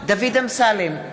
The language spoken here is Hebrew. דוד אמסלם,